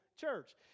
church